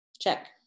check